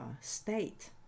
state